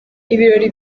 ibirori